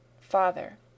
FATHER